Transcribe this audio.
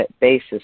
basis